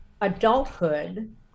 adulthood